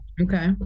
Okay